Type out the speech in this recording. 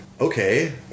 Okay